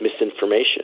misinformation